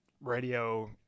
radio